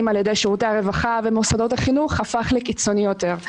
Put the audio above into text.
על ידי שירותי הרווחה ומוסדות החינוך הפך לקיצוני יותר.